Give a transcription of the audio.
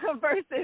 versus